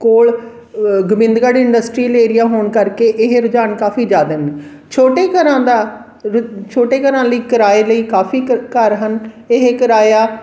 ਕੋਲ Gobindgarh industrial area ਹੋਣ ਕਰਕੇ ਇਹ ਰੁਝਾਨ ਕਾਫੀ ਜ਼ਿਆਦਾ ਨੇ ਛੋਟੇ ਘਰਾਂ ਦਾ ਰੁ ਛੋਟੇ ਘਰਾਂ ਲਈ ਕਿਰਾਏ ਲਈ ਕਾਫੀ ਘ ਘਰ ਹਨ ਇਹ ਕਿਰਾਇਆ